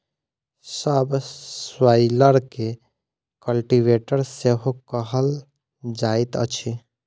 सब स्वाइलर के कल्टीवेटर सेहो कहल जाइत अछि